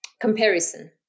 comparison